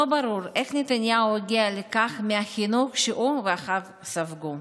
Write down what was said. לא ברור איך נתניהו הגיע לכך מהחינוך שהוא ואחיו ספגו,